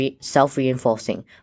self-reinforcing